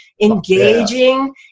engaging